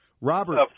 Robert